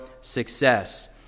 success